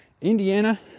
Indiana